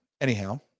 anyhow